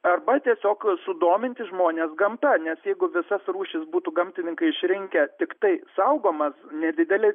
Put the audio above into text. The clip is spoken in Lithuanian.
arba tiesiog sudominti žmones gamta nes jeigu visas rūšis būtų gamtininkai išrinkę tiktai saugomas nedidelė